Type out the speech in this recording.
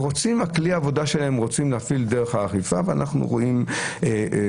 את כלי העבודה שלהם הם רוצים להפעיל דרך האכיפה ואנחנו רואים בעצם